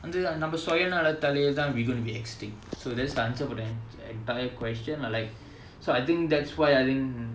அந்த நம்ம சுயநலத்தாலேயே நம்ம:antha namma suyanalathalayae namma we're gonna be extinct so that's the answer for the entire question lah like so I think that's why I think